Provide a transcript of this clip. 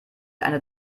einer